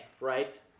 right